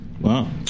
Wow